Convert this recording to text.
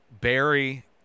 Barry